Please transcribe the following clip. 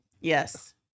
Yes